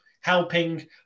helping